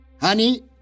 honey